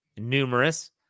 numerous